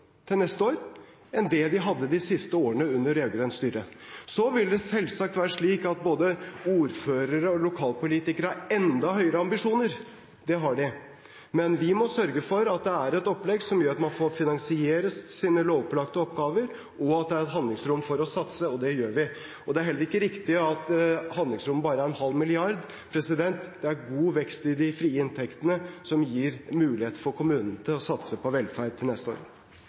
til neste år enn det de hadde de siste årene under rød-grønt styre. Det vil selvsagt være slik at både ordførere og lokalpolitikere har enda høyere ambisjoner. Det har de. Men vi må sørge for at det er et opplegg som gjør at man får finansiert de lovpålagte oppgavene, og at det er et handlingsrom for å satse – og det gjør vi. Det er heller ikke riktig at handlingsrommet bare er på 0,5 mrd. kr. Det er god vekst i de frie inntektene, som gir kommunene mulighet til å satse på velferd til neste år.